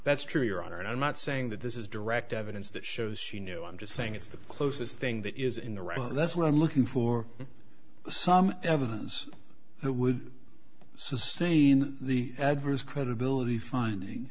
that's true your honor and i'm not saying that this is direct evidence that shows she knew i'm just saying it's the closest thing that is in the right that's what i'm looking for some evidence that would sustain the adverse credibility finding